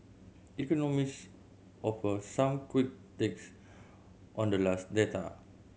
economist offer some quick takes on the last data